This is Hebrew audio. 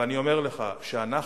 ואני אומר לך שאנחנו,